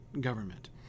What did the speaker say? government